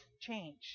change